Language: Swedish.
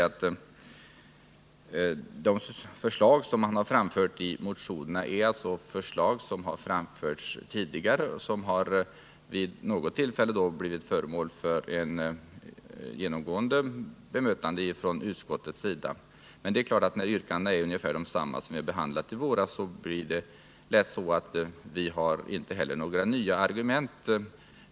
De förslag som har framförts i vänsterpartiet kommunisternas motion har framförts tidigare. De har vid något tillfälle ingående bemötts av utskottet. Eftersom yrkandena är ungefär desamma som de vpk-yrkanden som vi behandlade i våras har vi givetvis inga nya argument.